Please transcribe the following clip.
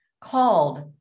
called